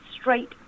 straight